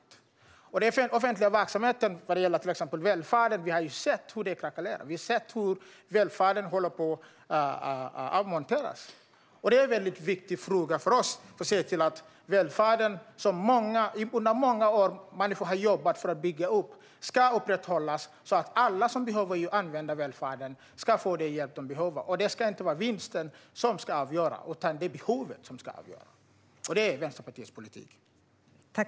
Vi har sett hur den offentliga verksamheten, till exempel när det gäller välfärden, har krackelerat. Vi har sett hur välfärden håller på att nedmonteras. Det är en mycket viktig fråga för oss att välfärden, som människor under många år har jobbat för att bygga upp, ska upprätthållas så att alla som behöver använda välfärden ska få den hjälp som de behöver. Det är inte vinsten som ska avgöra, utan behovet. Det är Vänsterpartiets politik.